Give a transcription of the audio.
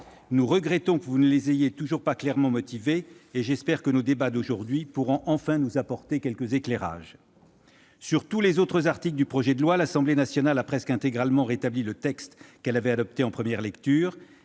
Nous regrettons que vous n'ayez toujours pas clairement motivé ces dispositions, et j'espère que nos débats de ce jour pourront enfin nous apporter quelques éclairages. Sur tous les autres articles du projet de loi, l'Assemblée nationale est revenue presque intégralement au texte qu'elle avait adopté en première lecture.